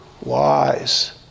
wise